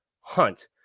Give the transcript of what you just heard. Hunt